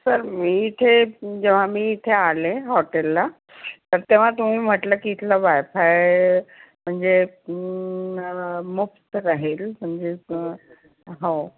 sir मी इथे जेव्हा मी इथे आले हॉटेलला तर तेव्हा तुम्ही म्हटलं की इथलं वायफाय म्हणजे मुफ्त राहील म्हणजे हो